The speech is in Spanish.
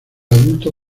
adulto